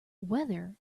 whether